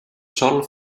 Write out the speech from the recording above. sòl